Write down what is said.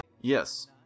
Yes